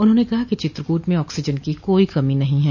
उन्होंने कहा कि चित्रकूट में आक्सीजन की कोई कमी नही है